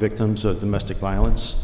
victims of domestic violence